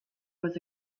was